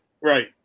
right